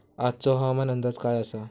आजचो हवामान अंदाज काय आसा?